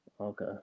Okay